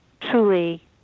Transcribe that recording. truly